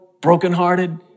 brokenhearted